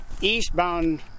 eastbound